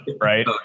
Right